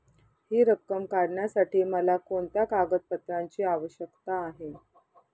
हि रक्कम काढण्यासाठी मला कोणत्या कागदपत्रांची आवश्यकता आहे?